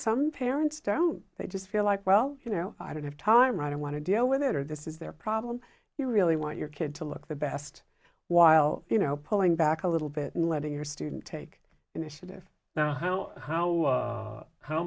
some parents don't they just feel like well you know i don't have time i don't want to deal with it or this is their problem you really want your kid to look the best while you know pulling back a little bit and letting your student take initiative now how how